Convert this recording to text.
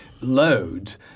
load